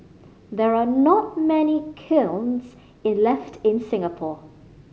there are not many kilns in left in Singapore